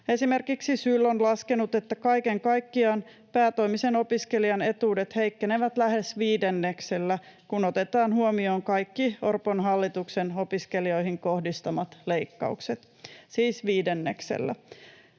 Esimerkiksi SYL on laskenut, että kaiken kaikkiaan päätoimisen opiskelijan etuudet heikkenevät lähes viidenneksellä, kun otetaan huomioon kaikki Orpon hallituksen opiskelijoihin kohdistamat leikkaukset, siis viidenneksellä.